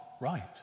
right